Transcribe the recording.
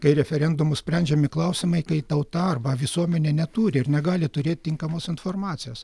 kai referendumu sprendžiami klausimai kai tauta arba visuomenė neturi ir negali turėt tinkamos informacijos